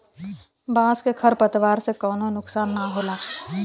बांस के खर पतवार से कउनो नुकसान ना होला